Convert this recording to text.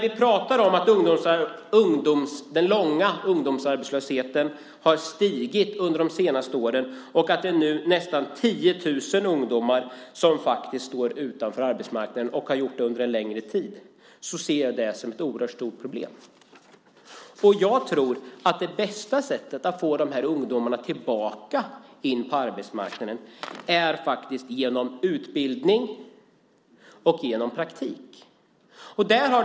Vi pratar om att den långa ungdomsarbetslösheten har stigit under de senaste åren och att det nu är nästan 10 000 ungdomar som står utanför arbetsmarknaden, och har gjort det under en längre tid. Jag ser det som ett oerhört stort problem. Jag tror att det bästa sättet att få tillbaka dessa ungdomar på arbetsmarknaden är utbildning och praktik.